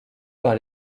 par